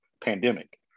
pandemic